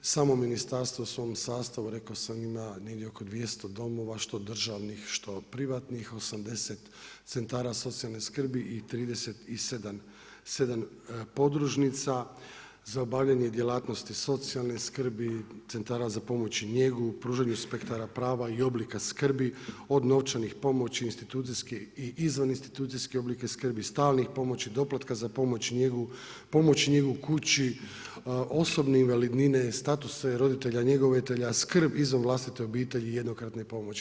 Samo ministarstvo u svom sastavu rekao sam ima negdje oko 200 domova što državnih, što privatnih, 80 centara socijalne skrbi i 37 podružnica za obavljanje djelatnosti socijalne skrbi, centara za pomoć i njegu, pružanju spektara prava i oblika skrbi od novčanih pomoći, institucijske i izvan institucijske oblike skrbi, stalnih pomoći, doplatka za pomoć i njegu, pomoć i njegu u kući, osobne invalidnine, statuse roditelja njegovatelja, skrb izvan vlastite obitelji i jednokratne pomoći.